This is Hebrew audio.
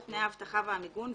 לרבות תנאי האבטחה והמיגון,